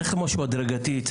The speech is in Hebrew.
צריך משהו הדרגתי.